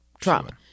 Trump